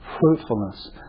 Fruitfulness